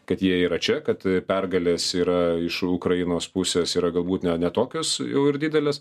kad jie yra čia kad pergalės yra iš ukrainos pusės yra galbūt ne ne tokios jau ir didelės